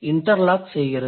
interlock செய்கிறது